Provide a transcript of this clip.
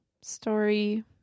story